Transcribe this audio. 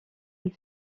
elle